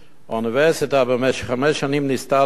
האוניברסיטה ניסתה במשך חמש שנים למכור